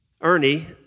Ernie